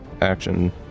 action